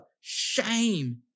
shame